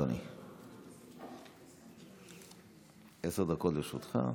בבקשה, אדוני, עשר דקות לרשותך,